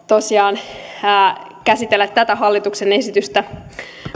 tosiaan ilo käsitellä tätä hallituksen esitystä